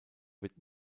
wird